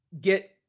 get